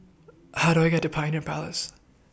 How Do I get to Pioneer Palace